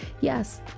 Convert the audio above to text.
yes